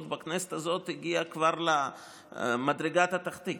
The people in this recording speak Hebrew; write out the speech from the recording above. בכנסת הזאת הגיעה כבר למדרגה התחתית,